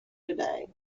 today